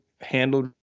handled